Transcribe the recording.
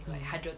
mm